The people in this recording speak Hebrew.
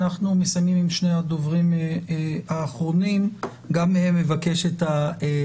ד"ר עמיר פוקס מהמכון הישראלי